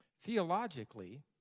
Theologically